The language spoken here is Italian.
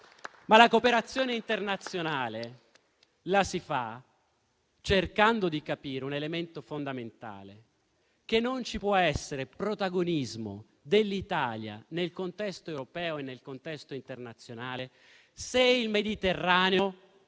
La cooperazione internazionale si fa cercando di capire un elemento fondamentale: non ci può essere protagonismo dell'Italia nel contesto europeo ed internazionale, se il Mediterraneo,